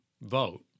vote